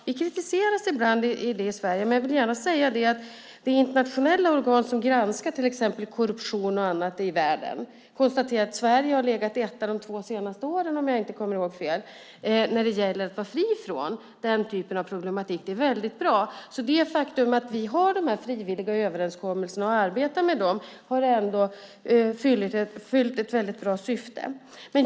Vi kritiseras ibland i Sverige, men jag vill gärna säga att hos det internationella organ som granskar till exempel korruption i världen har Sverige legat etta de två senaste åren, om jag inte kommer ihåg fel, när det gäller att vara fri från den typen av problematik. Det är väldigt bra. Att vi har och arbetar med dessa frivilliga överenskommelser har alltså fyllt ett väldigt bra syfte.